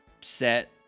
set